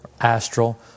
astral